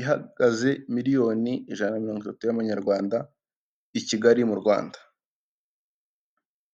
ihagaze miliyoni ijana na mirongo itatu y'amanyarwanda i Kigali mu Rwanda.